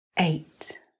Eight